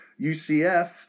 UCF